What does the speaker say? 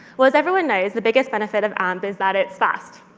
well, as everyone knows, the biggest benefit of amp is that it's fast.